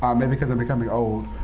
um maybe because i'm becoming old.